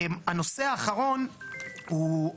הנושא האחרון הוא,